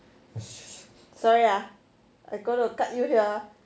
sorry ah I gonna cut you here ah